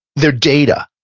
they're data.